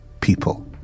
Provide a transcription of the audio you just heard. people